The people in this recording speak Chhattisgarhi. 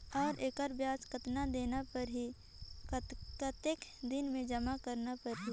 और एकर ब्याज कतना देना परही कतेक दिन मे जमा करना परही??